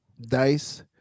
Dice